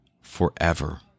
forever